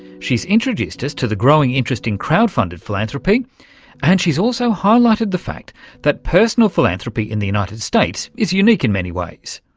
she's introduced us to the growing interest in crowd-funded philanthropy and she's also highlighted the fact that personal philanthropy in the united states is unique in many ways.